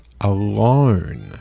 alone